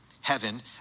heaven